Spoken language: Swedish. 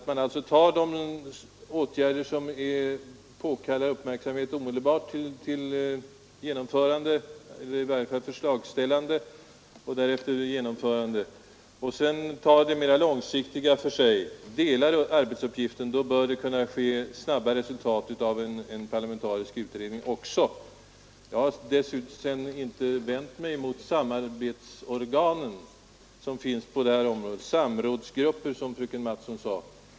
Man kan alltså först ta de åtgärder som påkallar uppmärksamhet omedelbart till genomförande eller i varje fall förslagsställande och därefter genomförande och sedan kan man ta de mer långsiktiga åtgärderna för sig. Om man delar arbetsuppgiften bör det gå att nå snabba resultat också med en parlamentarisk utredning. Vidare har jag inte vänt mig mot samarbetsorganen som finns på det här området samrådsgrupper som fröken Mattson sade.